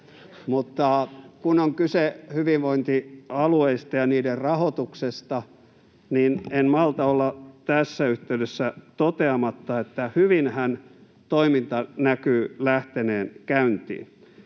Kun on kyse hyvinvointialueista ja niiden rahoituksesta, en malta olla tässä yhteydessä toteamatta, että hyvinhän toiminta näkyy lähteneen käyntiin.